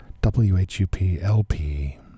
W-H-U-P-L-P